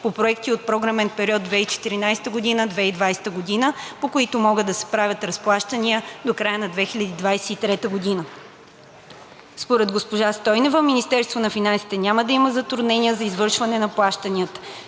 по проекти от програмен период 2014 – 2020 г., по които могат да се правят разплащания до края на 2023 г. Според госпожа Стойнева Министерството на финансите няма да има затруднения за извършване на плащанията,